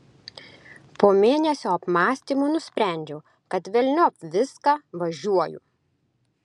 po mėnesio apmąstymų nusprendžiau kad velniop viską važiuoju